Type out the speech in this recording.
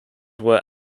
were